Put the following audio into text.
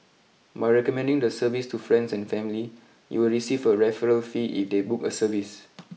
by recommending the service to friends and family you will receive a referral fee if they book a service